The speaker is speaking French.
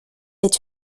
est